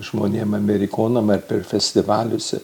žmonėm amerikonam ar festivaliuose